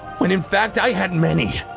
when in fact, i had many.